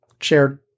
shared